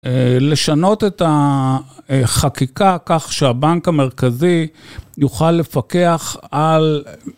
לשנות את החקיקה כך שהבנק המרכזי יוכל לפקח על...